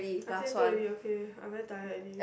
I say two already okay I'm very tired already